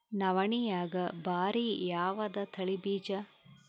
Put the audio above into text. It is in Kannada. ನವಣಿಯಾಗ ಭಾರಿ ಯಾವದ ತಳಿ ಬೀಜ?